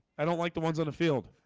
i don't like the ones on the field.